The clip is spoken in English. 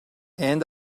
and